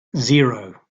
zero